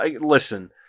Listen